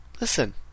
listen